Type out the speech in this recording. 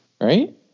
right